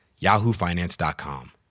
yahoofinance.com